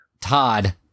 Todd